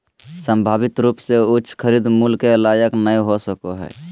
संभावित रूप से उच्च खरीद मूल्य के लायक नय हो सको हइ